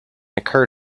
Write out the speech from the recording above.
occur